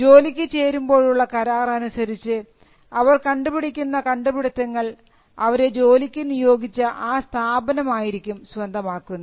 ജോലിക്ക് ചേരുമ്പോഴുള്ള കരാറനുസരിച്ച് അവർ കണ്ടുപിടിക്കുന്ന കണ്ടുപിടിത്തങ്ങൾ അവരെ ജോലിക്ക് നിയോഗിച്ച ആ സ്ഥാപനം ആയിരിക്കും സ്വന്തമാക്കുന്നത്